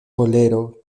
kolero